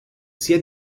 sia